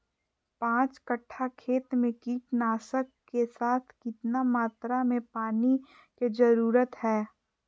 पांच कट्ठा खेत में कीटनाशक के साथ कितना मात्रा में पानी के जरूरत है?